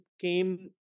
came